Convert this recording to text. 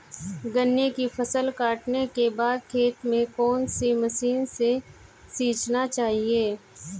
गन्ने की फसल काटने के बाद खेत को कौन सी मशीन से सींचना चाहिये?